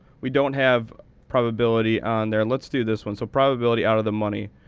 we don't have probability on there. let's do this one so probability out of the money.